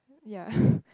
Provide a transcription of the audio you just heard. ya